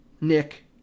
Nick